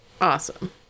awesome